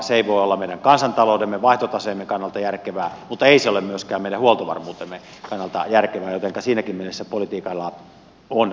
se ei voi olla meidän kansantaloutemme vaihtotaseemme kannalta järkevää mutta ei se ole myöskään meidän huoltovarmuutemme kannalta järkevää jotenka siinäkin mielessä politiikalla on väliä